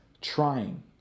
trying